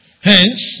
Hence